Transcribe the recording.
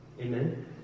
Amen